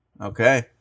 Okay